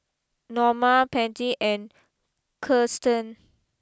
Noma Patty and Kiersten